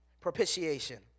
Propitiation